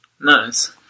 Nice